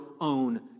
own